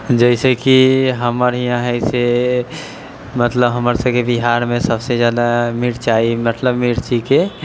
जैसेकि हमर हियाँ होइत छै मतलब हमर सबके बिहारमे सबसे जादा मिरचाइ मतलब मिर्चीके